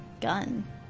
gun